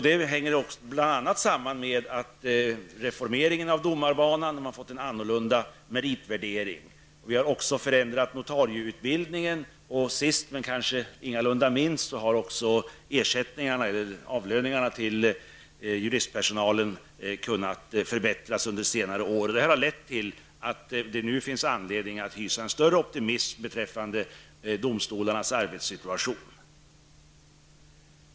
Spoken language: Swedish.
Detta hänger bl.a. samman med reformeringen av domarbanan. Meritvärderingen har förändrats. Notariebildningen har också förändrats. Sist men ingalunda minst har ersättningen, lönerna, till juristpersonalen kunnat förbättras under senare år. Allt detta innebär att det nu finns anledning att hysa en större optimism beträffande domstolarnas arbetssituation.